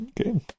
Okay